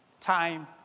Time